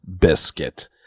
Biscuit